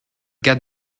cas